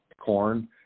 corn